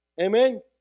Amen